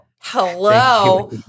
hello